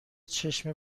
چشم